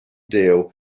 deal